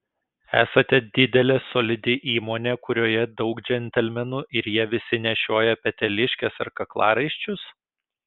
esate didelė solidi įmonė kurioje daug džentelmenų ir jie visi nešioja peteliškes ar kaklaraiščius